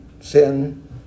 sin